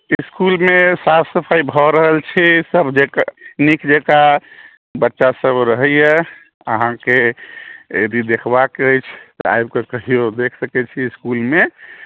इसकुलमे साफ सफाइ भऽ रहल छै सब नीक जकाँ बच्चासब रहैए अहाँके यदि देखबाके अछि तऽ आबिकऽ कहिओ देख सकै छी इसकुलमे